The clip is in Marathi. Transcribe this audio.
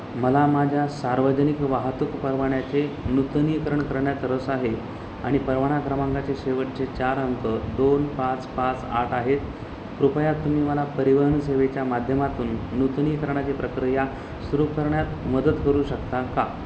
मला माझ्या सार्वजनिक वाहतूक परवान्याचे नूतनीकरण करण्यात रस आहे आणि परवाना क्रमांकाचे शेवटचे चार अंक दोन पाच पाच आठ आहेत कृपया तुम्ही मला परिवहन सेवेच्या माध्यमातून नूतनीकरणाची प्रक्रिया सुरू करण्यात मदत करू शकता का